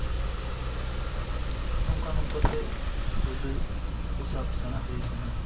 ᱱᱚᱝᱠᱟ ᱱᱚᱝᱠᱟᱛᱮ ᱯᱳᱭᱞᱟᱹ ᱦᱟᱠᱳ ᱥᱟᱵ ᱥᱮᱬᱟ ᱦᱩᱭ ᱟᱠᱟᱱᱟ